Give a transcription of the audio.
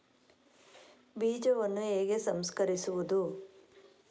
ಬೀಜವನ್ನು ಹೇಗೆ ಸಂಸ್ಕರಿಸುವುದು?